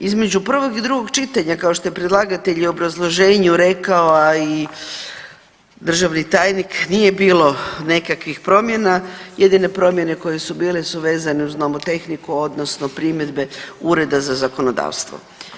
Između prvog i drugog čitanja, kao što je predlagatelj i u obrazloženju rekao, a i državni tajnik, nije bilo nekakvih promjena, jedine promjene koje su bile su vezane uz nomotehniku odnosno primjedbe Ureda za zakonodavstvo.